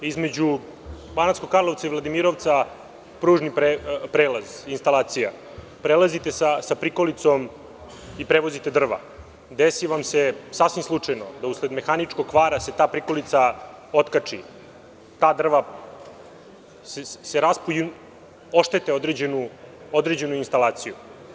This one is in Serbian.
Između Banatskog Karlovca i Vladimirovca - pružni prelaz, instalacija, prelazite sa prikolicom i prevozite drva i desi vam se sasvim slučajno da usled mehaničkog kvara se ta prikolica otkači i ta drva se raspu i oštete određenu instalaciju.